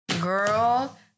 Girl